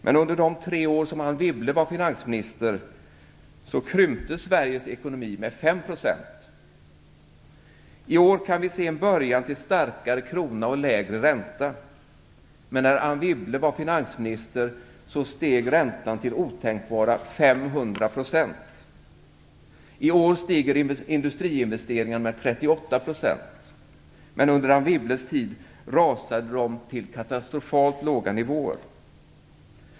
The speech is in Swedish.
Men under de tre år då Anne Wibble var finansminister krympte Sveriges ekonomi med 5 %. I år kan vi se början på en stadgad krona och lägre ränta. Men när Anne Wibble var finansminister steg räntan till otänkbara 500 %. I år stiger industriinvesteringarna med 38 %. Men under Anne Wibbles tid rasade de till katastrofalt låga nivåer.